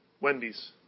Wendy's